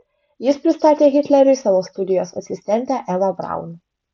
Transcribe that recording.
jis pristatė hitleriui savo studijos asistentę evą braun